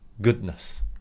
goodness